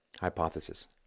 hypothesis